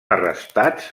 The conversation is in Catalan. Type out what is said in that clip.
arrestats